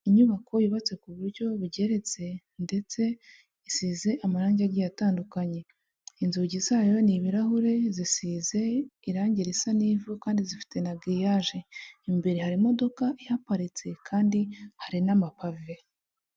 Inyubako yubatse ku buryo bugeretse ndetse isize amarangi agiye atandukanye. Inzugi zayo ni ibirahure, zisize irangi risa n'ivu kandi zifite na giriyage. Imbere hari imodoka ihaparitse kandi hari n'amapave.